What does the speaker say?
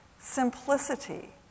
simplicity